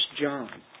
John